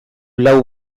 lau